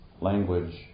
language